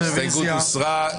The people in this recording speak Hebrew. ההסתייגות הוסרה.